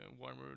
warmer